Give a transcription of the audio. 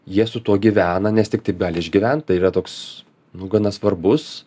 jie su tuo gyvena nes tik taip gali išgyvent tai yra toks nu gana svarbus